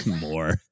More